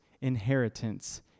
inheritance